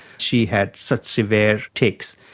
she had such severe tics,